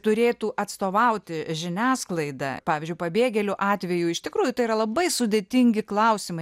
turėtų atstovauti žiniasklaida pavyzdžiui pabėgėlių atveju iš tikrųjų tai yra labai sudėtingi klausimai